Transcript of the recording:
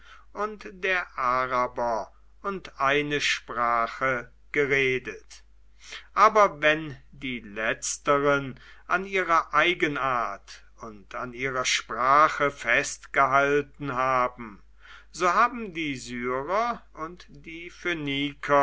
und der araber und eine sprache geredet aber wenn die letzteren an ihrer eigenart und an ihrer sprache festgehalten haben so haben die syrer und die